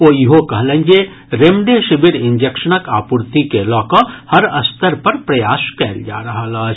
ओ ईहो कहलनि जे रेमडेसिविर इंजेक्शनक आपूर्ति के लऽ कऽ हर स्तर पर प्रयास कयल जा रहल अछि